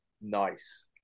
Nice